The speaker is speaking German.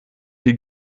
die